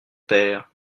père